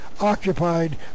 occupied